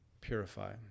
purify